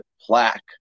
plaque